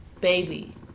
baby